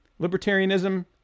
libertarianism